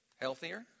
healthier